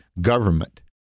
government